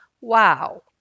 Wow